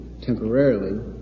temporarily